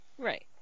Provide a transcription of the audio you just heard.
Right